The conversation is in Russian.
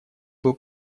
был